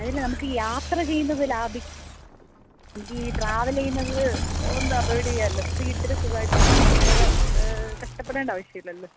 അതല്ല നമുക്ക് യാത്ര ചെയ്യുന്നത് ലാഭിക്ക് നമുക്ക് ഈ ട്രാവൽ ചെയ്യുന്നത് ഒന്ന് അവോയിഡ് ചെയ്യാമല്ലോ വീട്ടിൽ സുഖമായിട്ട് ഇരുന്ന് വേറെ കഷ്ടപ്പെടേണ്ട ആവശ്യം ഇല്ലല്ലോ